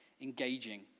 engaging